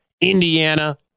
Indiana